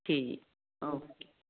ਜੀ ਓਕੇ